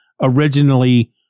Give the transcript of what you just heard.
originally